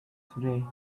today